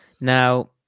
Now